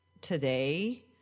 today